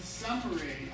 summary